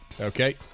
Okay